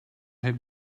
have